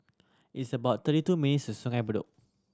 it's about thirty two minutes to Sungei Bedok